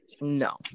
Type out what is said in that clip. No